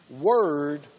word